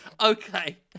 Okay